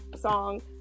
song